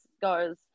goes